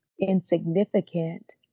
insignificant